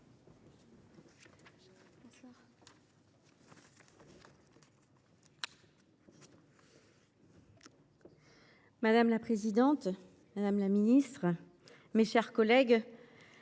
Madame la présidente, madame la ministre, mes chers collègues,